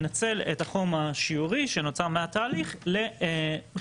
מנצל את החום השיורי שנוצר מהתהליך לחימום,